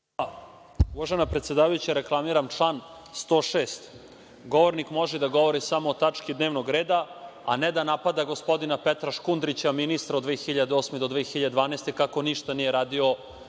Uvažena predsedavajuća, reklamiram član 106. – govornik može da govori samo o tački dnevnog reda, a ne da napada gospodina Petra Škundrića, ministra od 2008. do 2012. godine, kako ništa nije radio